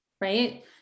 Right